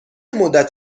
مدت